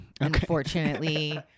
unfortunately